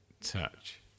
touch